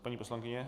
Paní poslankyně?